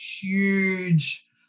huge